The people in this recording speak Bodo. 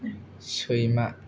सैमा